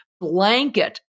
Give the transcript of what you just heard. blanket